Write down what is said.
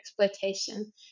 exploitation